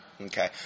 Okay